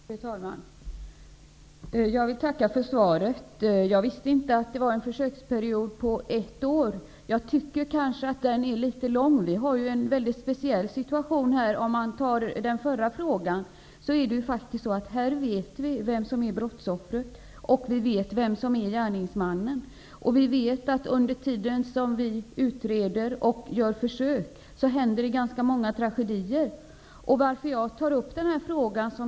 Fru talman! Jag vill tacka för svaret. Jag visste inte att det är en försöksperiod på ett år. Jag tycker nog att den perioden är litet för lång. Om man jämför med den föregående frågan har vi här en speciell situation. Vi vet vem som är brottsoffret och vem som är gärningsmannen. Vi vet att under den tid som vi utreder och håller på med försök inträffar ganska många tragedier. Jag har följt denna fråga.